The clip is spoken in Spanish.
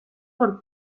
por